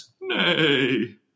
Nay